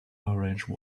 orange